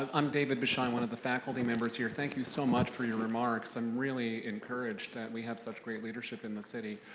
um i'm david bush. i'm one of the faculty members here. thank you so much for your remarks. i'm really encouraged that we have such great leadership in the city.